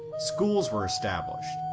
schools were established,